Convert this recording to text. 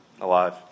alive